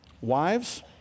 Wives